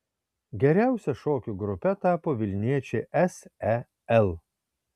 geriausia šokių grupe tapo vilniečiai sel